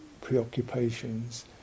preoccupations